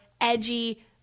edgy